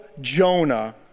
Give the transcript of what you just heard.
Jonah